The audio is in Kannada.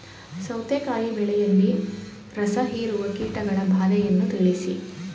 ಸೌತೆಕಾಯಿ ಬೆಳೆಯಲ್ಲಿ ರಸಹೀರುವ ಕೀಟಗಳ ಬಾಧೆಯನ್ನು ತಿಳಿಸಿ?